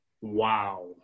Wow